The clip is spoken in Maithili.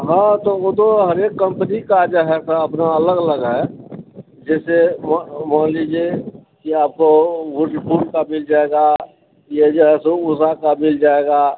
हाँ तऽ ओ तो हरेक कम्पनी का अपना अलग अलग है जैसे मान लीजिए आप वरपुल का मिल जायेगा या उषा का मिल जायेगा